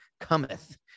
cometh